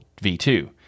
V2